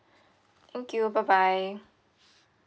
thank you bye bye